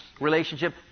relationship